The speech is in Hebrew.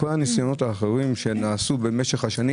כל הניסיונות האחרים שנעשו במשך השנים